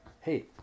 hey